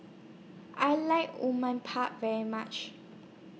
I like very much